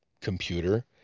computer